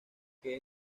que